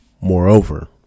moreover